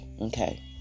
Okay